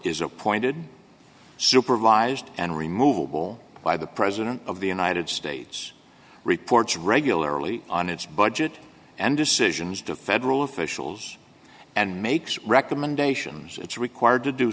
is appointed supervised and removeable by the president of the united states reports regularly on its budget and decisions to federal officials and makes recommendations it's required to do